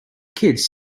kids